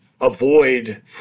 avoid